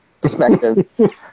perspective